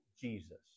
Jesus